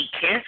kiss